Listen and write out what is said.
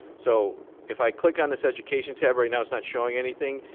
so if i click on this education tab right now, it's not showing anything.